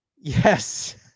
yes